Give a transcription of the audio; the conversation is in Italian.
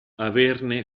averne